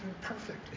perfect